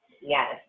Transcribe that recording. Yes